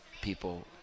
people